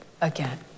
again